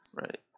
Right